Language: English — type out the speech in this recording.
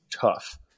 tough